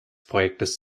projektes